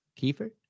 Kiefer